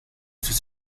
sus